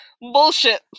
bullshit